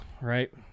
right